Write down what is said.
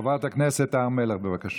חברת הכנסת הר מלך, בבקשה.